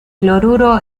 cloruro